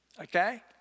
Okay